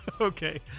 Okay